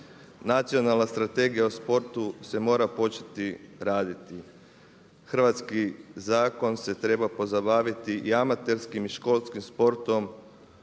Nacionalna strategija o sportu se mora početi raditi. Hrvatski zakon se treba pozabaviti i amaterskim i školskim sportom.